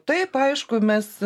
taip aišku mes